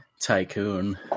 Tycoon